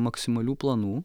maksimalių planų